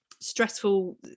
stressful